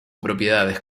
propiedades